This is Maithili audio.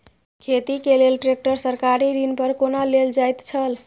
खेती के लेल ट्रेक्टर सरकारी ऋण पर कोना लेल जायत छल?